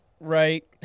Right